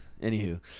anywho